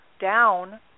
down